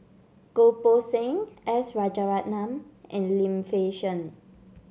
Goh Poh Seng S Rajaratnam and Lim Fei Shen